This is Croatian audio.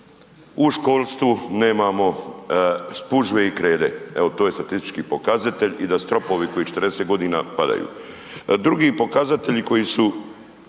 u školstvu nemamo spužve i krede. Evo to je statistički pokazatelj i da stropovi koji 40 g. padaju. Drugi pokazatelji koji su